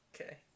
Okay